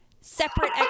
separate